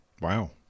wow